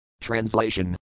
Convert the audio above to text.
Translation